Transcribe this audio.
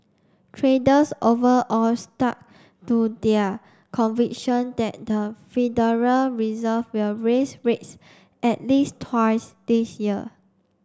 traders overall stuck to their conviction that the Federal Reserve will raise rates at least twice this year